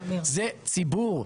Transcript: זה ציבור,